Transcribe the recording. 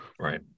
right